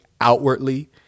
outwardly